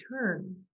turn